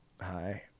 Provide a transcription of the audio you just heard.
Hi